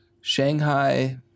Shanghai